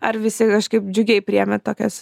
ar visi kažkaip džiugiai priėmė tokias